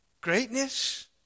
Greatness